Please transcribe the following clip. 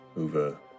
over